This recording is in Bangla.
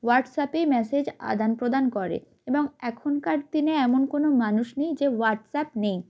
হোয়াটস্যাপে মেসেজ আদান প্রদান করে এবং এখনকার দিনে এমন কোনো মানুষ নেই যে হোয়াটসঅ্যাপ নেই